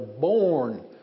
born